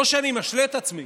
לא שאני משלה את עצמי